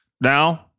now